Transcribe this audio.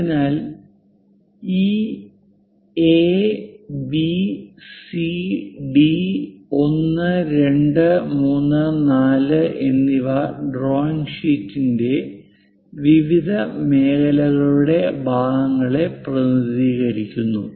അതിനാൽ ഈ A B C D 1 2 3 4 എന്നിവ ഡ്രോയിംഗ് ഷീറ്റിന്റെ വിവിധ മേഖലകളുടെ ഭാഗങ്ങളെ പ്രതിനിധീകരിക്കുന്നു